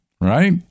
right